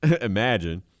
imagine